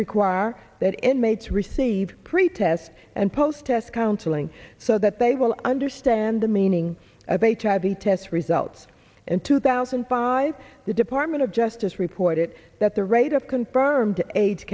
require that inmates receive pretest and post test counseling so that they will understand the meaning of hiv test results in two thousand and five the department of justice reported that the rate of